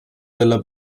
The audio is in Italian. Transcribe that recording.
della